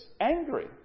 angry